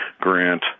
grant